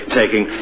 taking